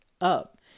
up